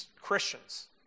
Christians